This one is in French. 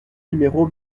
numéro